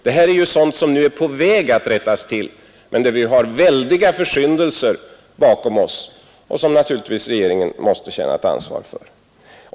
Det här är sådant som nu är på väg att rättas till, men vi har väldiga försyndelser bakom oss, som regeringen naturligtvis måste känna ett ansvar för.